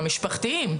המשפחתיים,